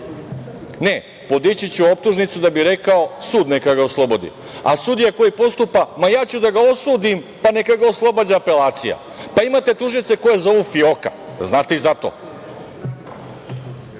Ne, podići ću optužnicu da bi rekao – sud neka ga oslobodi, a sudija koji postupa – ja ću da ga osudim, pa neka ga oslobađa apelacija. Imate tužioce koje zovu fioka. Znate i za